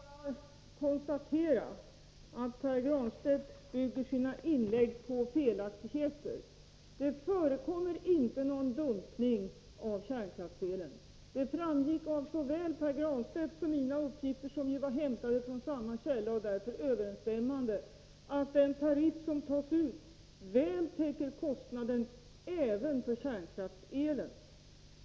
Fru talman! Jag vill bara konstatera att Pär Granstedt bygger sina inlägg på felaktigheter. Det förekommer inte någon dumpning av kärnkraftselen. Det framgick av såväl Pär Granstedts som mina beräkningar, vilka är hämtade från samma källor och därför överensstämmande, att den tariff som tas ut täcker kostnaden även för kärnkraftselen.